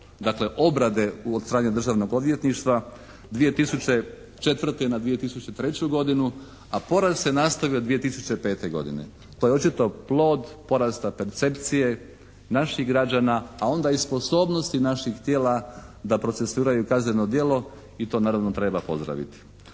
dakle obrade od strane Državnog odvjetništva 2004. na 2003. godinu a porast se nastavio 2005. godine. To je očito plod porasta percepcije naših građana a onda i sposobnosti naših tijela da procesuiraju kazneno djelo i to naravno treba pozdraviti.